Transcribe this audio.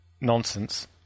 nonsense